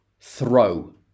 Throw